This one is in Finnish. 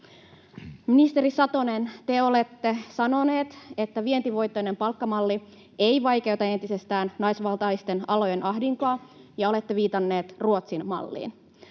Ministeri Satonen, te olette sanonut, että vientivetoinen palkkamalli ei vaikeuta entisestään naisvaltaisten alojen ahdinkoa, ja olette viitannut Ruotsin malliin.